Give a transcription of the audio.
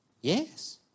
Yes